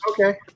Okay